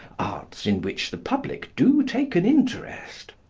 arts in which the public do take an interest,